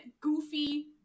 goofy